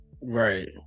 Right